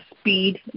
speed